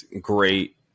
great